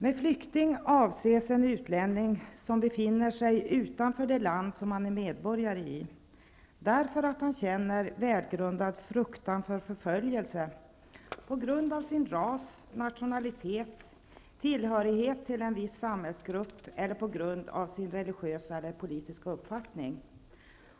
''Med flykting avses en utlänning som befinner sig utanför det land, som han är medborgare i, därför att han känner välgrundad fruktan för förföljelse på grund av sin ras, nationalitet, tillhörighet till en viss samhällsgrupp eller på grund av sin religiösa eller politiska uppfattning,